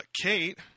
Kate